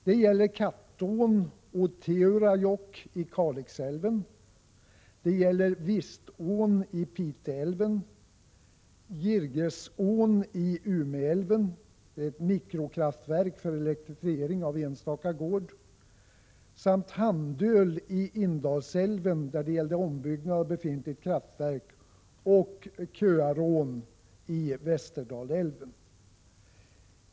Det gäller Kattån och Teurajokk i Kalixälven, Vistån i Piteälven, Girgesån i Umeälven — ett mikrokraftverk för elektrifiering av enstaka gård — samt Handöl i Indalsälven, där det gällde ombyggnad av befintligt kraftverk, och Köarån i Västerdalälven.